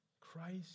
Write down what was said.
Christ